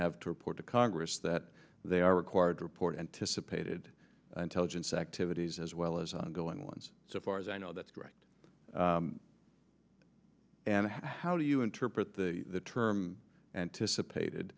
have to report to congress that they are required to report anticipated intelligence activities as well as ongoing ones so far as i know that's correct and how do you interpret the term anticipated